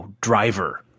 driver